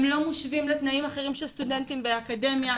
הם לא משווים לתנאים אחרים של סטודנטים באקדמיה,